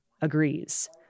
agrees